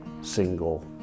single